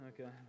Okay